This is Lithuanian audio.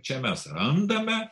čia mes randame